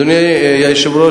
אדוני היושב-ראש,